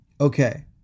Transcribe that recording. Okay